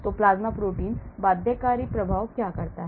तो plasma protein बाध्यकारी प्रभाव क्या करता है